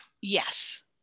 yes